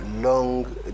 long